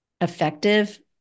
effective